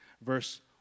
Verse